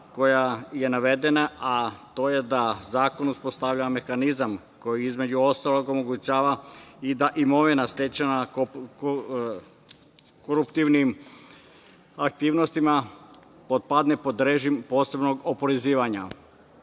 koja je navedena, a to je da zakon uspostavlja mehanizam koji, između ostalog, omogućava i da imovina stečena koruptivnim aktivnostima potpadne pod režim posebnog oporezivanja. Slažemo